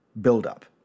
buildup